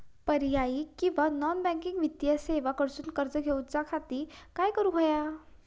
पर्यायी किंवा non banking वित्तीय सेवा कडसून कर्ज घेऊच्या खाती काय करुक होया?